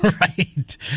Right